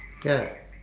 ya